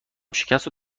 شکستشو